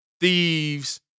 thieves